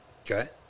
Okay